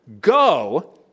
go